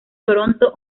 toronto